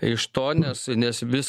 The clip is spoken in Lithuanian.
iš to nes nes vis